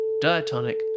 diatonic